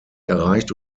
erreicht